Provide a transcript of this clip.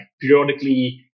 periodically